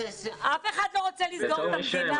אף אחד לא רוצה לסגור את המדינה.